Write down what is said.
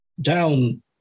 down